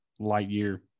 Lightyear